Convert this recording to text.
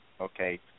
okay